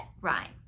rhyme